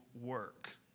work